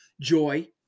joy